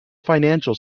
financial